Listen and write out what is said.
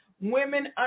Women